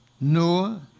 Noah